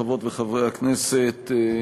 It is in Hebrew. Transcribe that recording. חברות וחברי הכנסת,